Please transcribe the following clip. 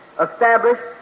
established